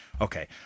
Okay